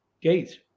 gate